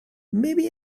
maybe